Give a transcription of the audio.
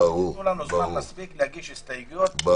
שייתנו לנו זמן מספיק להגיש הסתייגויות,